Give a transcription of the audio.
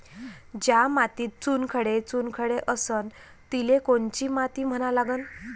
ज्या मातीत चुनखडे चुनखडे असन तिले कोनची माती म्हना लागन?